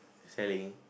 selling